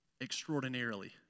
extraordinarily